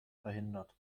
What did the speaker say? verhindert